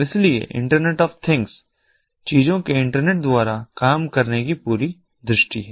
इसलिए internet of things चीजों के इंटरनेट द्वारा काम करने की पूरी दृष्टि है